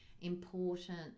important